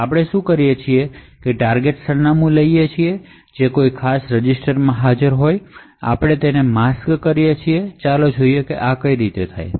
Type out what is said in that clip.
તો આપણે શું કરીએ છીએ તે ટાર્ગેટ સરનામું લઈએ જે કોઈ ખાસ રજિસ્ટરમાં હાજર હોય અને આપણે તેને માસ્ક કરીએ ચાલો જોઈએ કે આ કેવી રીતે થાય છે